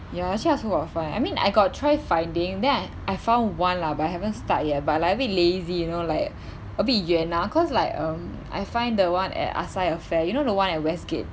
ya actually I also got find I mean I got try finding then I I found one lah but I haven't start yet but like a bit lazy you know like a bit 远 ah cause like um I find the one at Acai Affair you know the one at west gate